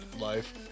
life